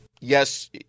Yes